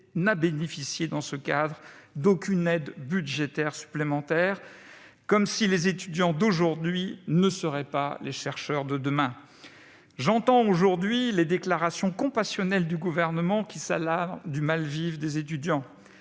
n'a bénéficié dans ce cadre d'aucune aide budgétaire supplémentaire, comme si les étudiants d'aujourd'hui n'étaient pas les chercheurs de demain ... J'entends en ce moment les déclarations compassionnelles du Gouvernement, qui s'alarme du mal-vivre des étudiants.